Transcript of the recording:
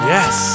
Yes